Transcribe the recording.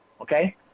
Okay